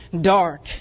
dark